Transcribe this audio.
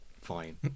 Fine